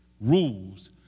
rules